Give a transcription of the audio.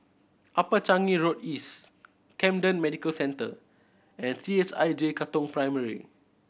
Upper Changi Road East Camden Medical Centre and C H I J Katong Primary